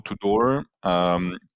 door-to-door